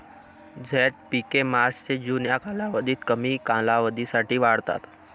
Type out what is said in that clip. झैद पिके मार्च ते जून या कालावधीत कमी कालावधीसाठी वाढतात